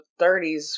30s